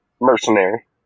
Mercenary